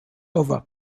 over